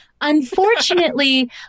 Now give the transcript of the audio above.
unfortunately